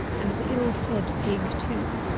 and of the ill-fed pig too.